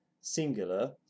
singular